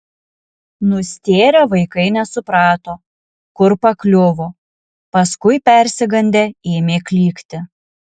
nustėrę vaikai nesuprato kur pakliuvo paskui persigandę ėmė klykti